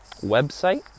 website